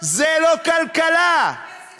הוא לא סיפר, מה סיפר סיפורים?